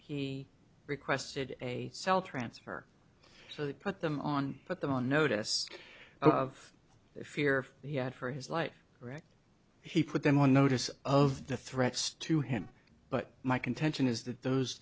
he requested a cell transfer so that put them on put them on notice oh of fear yet for his life right he put them on notice of the threats to him but my contention is that those